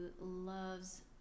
loves